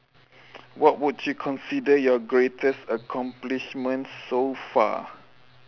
what would you consider your greatest accomplishment so far